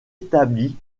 établie